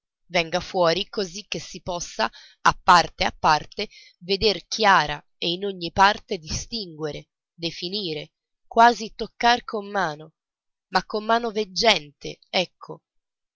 venga fuori così che si possa a parte a parte veder chiara e in ogni parte distinguere definire quasi toccar con mano ma con mano veggente ecco